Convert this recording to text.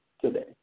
today